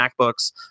macbooks